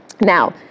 now